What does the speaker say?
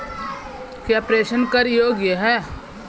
क्या प्रेषण कर योग्य हैं?